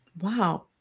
wow